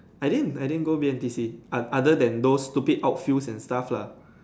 I didn't I didn't go B_M_T_C o~ other than those stupid outfields and stuff lah